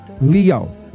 leo